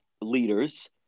leaders